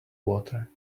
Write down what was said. water